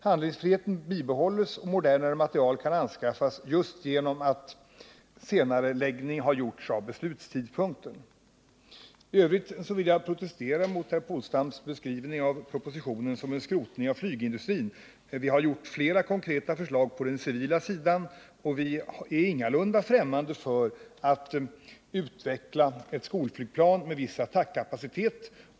Handlingsfriheten bibehålls och modernare materiel kan anskaffas just genom att beslutstid I övrigt vill jag protestera mot herr Polstams beskrivning av propositionen som syftande till en skrotning av flygindustrin. Vi har framfört flera konkreta förslag på den civila sidan, och vi är ingalunda främmande för att utveckla ett skolflygplan med viss attackkapacitet.